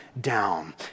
down